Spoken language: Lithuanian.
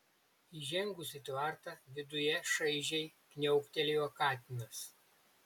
įžengus į tvartą viduje šaižiai kniauktelėjo katinas